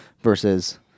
versus